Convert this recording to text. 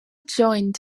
joined